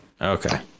Okay